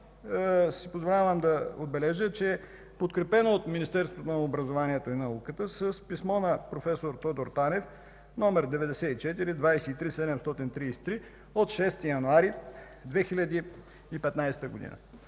си позволявам да отбележа, че е подкрепено от Министерството на образованието и науката с писмо на проф. Тодор Танев № 94-23-733 от 6 януари 2015 г.